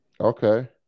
Okay